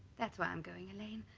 that's why i'm going helene.